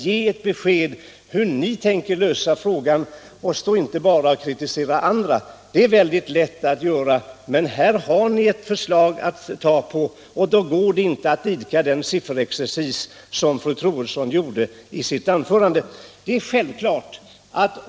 Ge ett besked om hur ni tänker lösa frågan och stå inte bara och kritisera andra! Här har ni ett förslag att ta på, och då går det inte att tillämpa sifferexercis som fru Troedsson gjorde i sitt anförande.